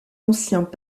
anciens